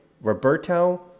Roberto